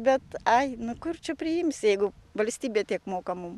bet ai nu kur čia priimsi jeigu valstybė tiek moka mum